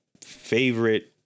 favorite